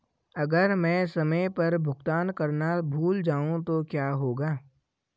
अगर मैं समय पर भुगतान करना भूल जाऊं तो क्या होगा?